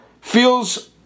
feels